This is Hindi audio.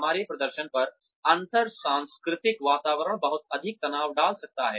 हमारे प्रदर्शन पर अंतर सांस्कृतिक वातावरण बहुत अधिक तनाव डाल सकता है